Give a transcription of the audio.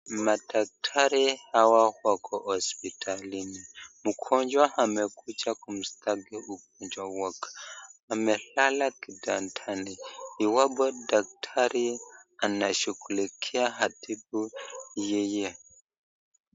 Madaktari hawa wako hospitalini. Mgonjwa amekuja kumstaki ugonjwa wake. Amelala kitandani iwapo daktari anashukulikia atibu yeye.